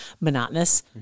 monotonous